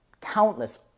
countless